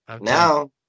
Now